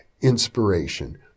inspiration